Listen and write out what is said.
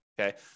okay